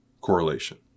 correlation